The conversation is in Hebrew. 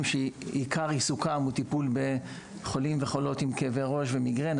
שעיקר עיסוקם הוא טיפול בחולים וחולות עם כאבי ראש ומיגרנה,